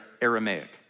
Aramaic